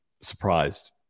surprised